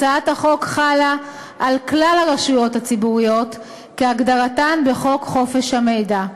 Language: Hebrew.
הצעת החוק חלה על כלל הרשויות הציבוריות כהגדרתן בחוק חופש המידע.